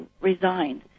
resigned